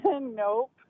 Nope